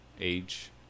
age—